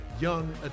young